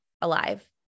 alive